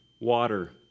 water